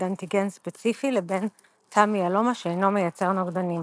אנטיגן ספציפי לבין תא מיאלומה שאינו מייצר נוגדנים.